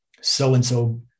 so-and-so